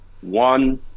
One